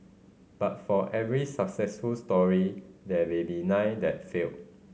but for every successful story there may be nine that failed